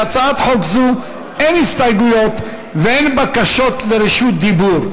להצעת חוק זו אין הסתייגויות ואין בקשות לרשות דיבור.